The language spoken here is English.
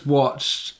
watched